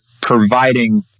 providing